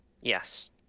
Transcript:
Yes